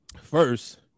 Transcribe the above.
First